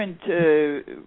different